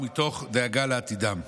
מתוך דאגה לעתידם,